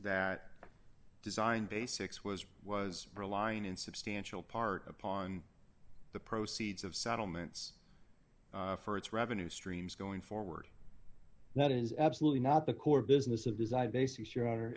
that design basics was was relying in substantial part upon the proceeds of settlements for its revenue streams going forward that is absolutely not the core business of design basi